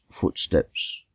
footsteps